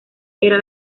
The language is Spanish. era